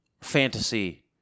fantasy